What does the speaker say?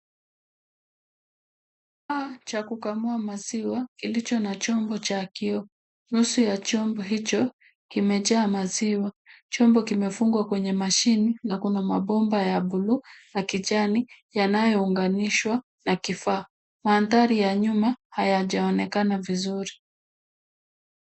Kifaa cha kukamua maziwa kilicho na chombo cha kioo . Nusu ya chombo hicho kimejaa maziwa. Chombo kimefungwa kwenye mashini na kuna mabomba ya buluu na kijani yanayounganishwa na kifaa. Mandhari ya nyuma hayajaonekana vizuri.